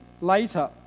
later